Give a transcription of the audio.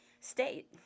state